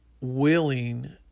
willing